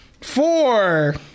Four